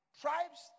tribes